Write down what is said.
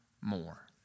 more